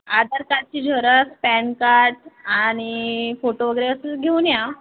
आधार कार्डची xerox PAN card आणि photographs घेऊन या